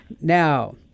Now